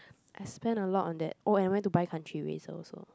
I spend a lot on that oh and I went to buy country eraser also